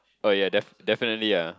oh yeah def~ definitely ah